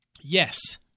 Yes